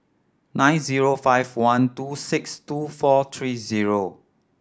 nine zero five one two six two four three zero